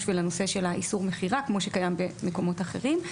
ולנושא של איסור המכירה כמו שקיים במקומות אחרים,